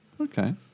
Okay